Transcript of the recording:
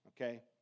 okay